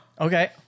Okay